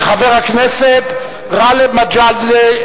חבר הכנסת גאלב מג'אדלה.